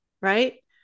right